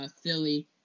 Philly